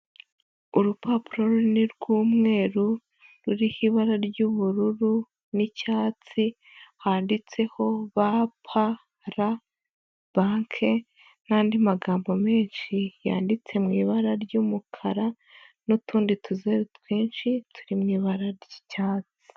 Urupapuro runini rw'umweru ruriho ibara ry'ubururu n'icyatsi handitseho ba pa ra banke, n'andi magambo menshi yanditse mu ibara ry'umukara n'utundi tuzeru twinshi turi mu ibara ry'icyatsi.